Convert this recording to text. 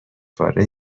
پاره